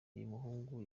uyumuhungu